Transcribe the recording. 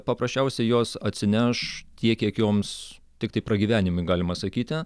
paprasčiausiai jos atsineš tiek kiek joms tiktai pragyvenimui galima sakyti